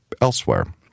elsewhere